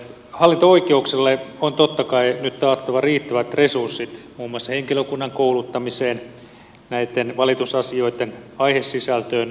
hallinto oikeuksille on totta kai nyt taattava riittävät resurssit muun muassa henkilökunnan kouluttamiseen näitten valitusasioitten aihesisältöön liittyen